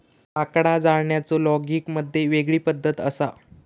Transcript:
लाकडा जाळण्याचो लोगिग मध्ये वेगळी पद्धत असा